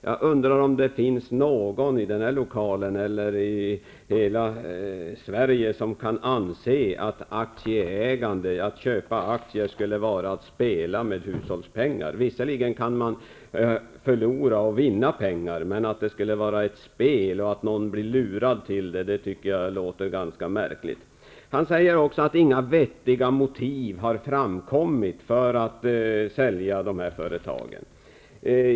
Jag undrar om det finns någon i denna lokal eller i hela Sverige som kan anse att det skulle vara att spela med hushållspengar, att köpa aktier. Visserligen kan man förlora och vinna pengar. Men att det skulle vara ett spel och att någon blir lurad till det låter ganska märkligt. Han säger också att inga vettiga motiv har framkommit för att sälja dessa företag.